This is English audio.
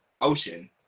ocean